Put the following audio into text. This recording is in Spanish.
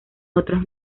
otros